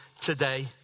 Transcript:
today